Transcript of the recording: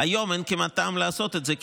כיום אין כמעט טעם לעשות את זה,